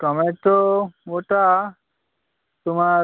tomato ওটা তোমার